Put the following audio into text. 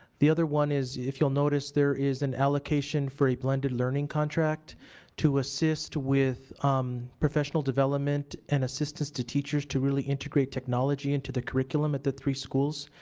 the other one is if you'll notice there is an allocation for a blended learning contract to assist with professional development and assistance to teachers to really integrate technology into the curriculum at the three schools,